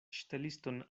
ŝteliston